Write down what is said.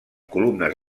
columnes